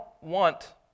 want